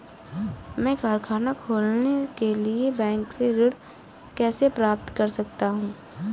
मैं कारखाना खोलने के लिए बैंक से ऋण कैसे प्राप्त कर सकता हूँ?